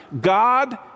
God